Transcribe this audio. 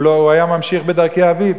הוא היה ממשיך בדרכי אביו.